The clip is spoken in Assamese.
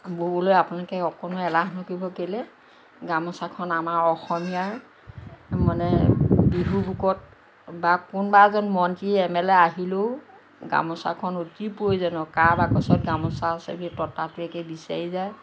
ব'বলৈ আপোনালোকে অকণো এলাহ নকৰিব কেলৈ গামোছাখন আমাৰ অসমীয়াৰ মানে বিহু ৰূপত বা কোনোবা এজন মন্ত্ৰী এম এল এ আহিলেও গামোছাখন অতি প্ৰয়োজনীয় কাৰ বাকচত গামোছা আছে বুলি ততাতৈয়াকে বিচাৰি যায়